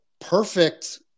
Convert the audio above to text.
perfect